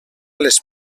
les